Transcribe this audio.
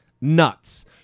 nuts